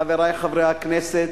חברי חברי הכנסת,